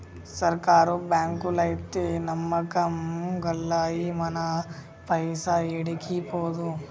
సర్కారు బాంకులైతే నమ్మకం గల్లయి, మన పైస ఏడికి పోదు